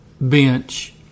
bench